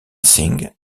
singh